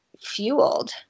fueled